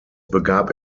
begab